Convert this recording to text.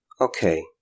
Okay